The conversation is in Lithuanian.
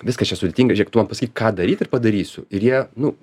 viskas čia sudėtinga žėk tu man pasakyk ką daryt ir padarysiu ir jie nu